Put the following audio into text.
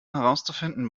herauszufinden